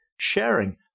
Sharing